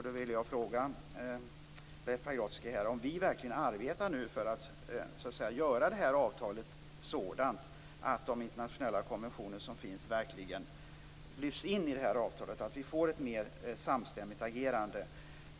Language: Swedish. Då vill jag fråga Leif Pagrotsky om vi verkligen arbetar för att göra det här avtalet sådant att de internationella konventioner som finns verkligen lyfts in i det här avtalet så att vi får ett mer samstämmigt agerande.